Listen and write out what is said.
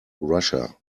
russia